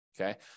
Okay